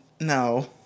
no